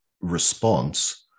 response